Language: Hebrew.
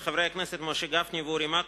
של חברי הכנסת משה גפני ואורי מקלב,